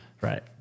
Right